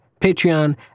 Patreon